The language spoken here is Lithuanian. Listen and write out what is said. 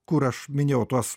kur aš minėjau tuos